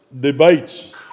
debates